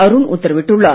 அருண் உத்தரவிட்டுள்ளார்